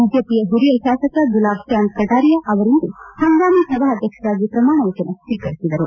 ಬಿಜೆಪಿಯ ಹಿರಿಯ ಶಾಸಕ ಗುಲಾಬ್ ಚಾಂದ್ ಕಟಾರಿಯಾ ಅವರಿಂದು ಹಂಗಾಮಿ ಸಭಾಧ್ಯಕ್ಷರಾಗಿ ಪ್ರಮಾಣವಚನ ಸ್ವೀಕರಿಸಿದರು